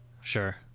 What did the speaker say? Sure